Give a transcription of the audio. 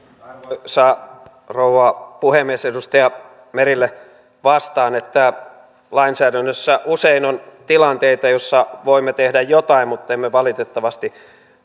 arvoisa rouva puhemies edustaja merelle vastaan että lainsäädännössä usein on tilanteita joissa voimme tehdä jotain mutta emme valitettavasti